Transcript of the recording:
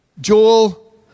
Joel